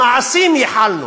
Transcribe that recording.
למעשים ייחלנו,